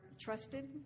trusted